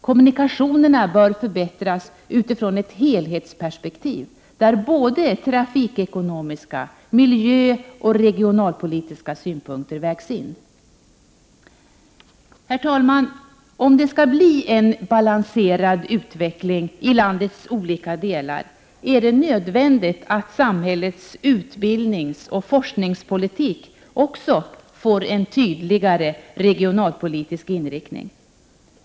Kommunikationerna bör förbättras utifrån ett helhetsperspektiv, där både trafikekonomiska, miljöpolitiska och regionalpolitiska synpunkter vägs in. Herr talman! Om det skall bli en balanserad utveckling i landets olika delar, är det nödvändigt att samhällets utbildningsoch forskningspolitik också får en tydligare regionalpolitisk inriktning.